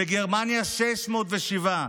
בגרמניה, 607,